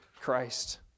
Christ